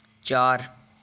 ਚਾਰ